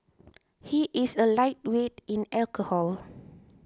he is a lightweight in alcohol